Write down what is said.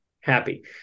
Happy